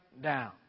down